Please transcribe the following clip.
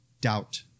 doubt